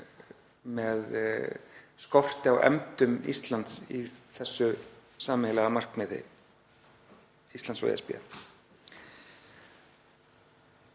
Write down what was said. með skorti á efndum Íslands í þessu sameiginlega markmiði Íslands og ESB.